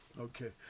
okay